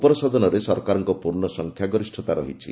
ଉପର ସଦନରେ ସରକାରଙ୍କ ପୂର୍ଣ୍ଣ ସଂଖ୍ୟା ଗରିଷ୍ଠତା ରହିଛି